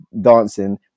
dancing